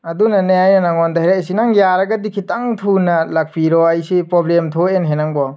ꯑꯗꯨꯅꯅꯦ ꯑꯩꯅ ꯅꯉꯣꯟꯗ ꯍꯥꯏꯔꯛꯏꯁꯦ ꯅꯪ ꯌꯥꯔꯒꯗꯤ ꯈꯤꯇꯪ ꯊꯨꯅ ꯂꯥꯛꯄꯤꯔꯣ ꯑꯩꯁꯦ ꯄ꯭ꯂꯣꯕ꯭ꯂꯦꯝ ꯊꯣꯛꯑꯦꯅꯦꯍꯦ ꯅꯪꯕꯣ